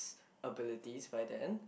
abilities by then